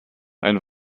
ein